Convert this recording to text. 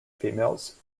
females